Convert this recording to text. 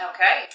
Okay